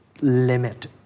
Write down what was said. limit